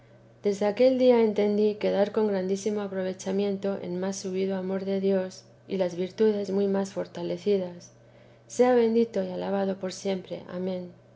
desde aquel día entendí quedar con grandísimo aprovechamiento en más subido amor de dios y las virtudes muy más fortalecidas sea bendito y alabado por siempre amén